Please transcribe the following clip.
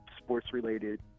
sports-related